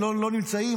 לא נמצאים,